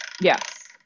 Yes